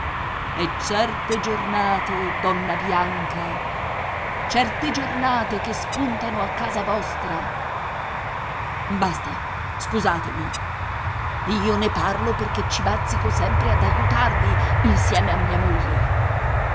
e certe giornate donna bianca certe giornate che spuntano a casa vostra basta scusatemi io ne parlo perché ci bazzico sempre ad aiutarvi insieme a mia moglie